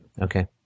okay